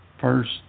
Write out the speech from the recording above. first